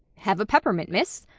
hev a peppermint, miss!